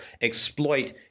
exploit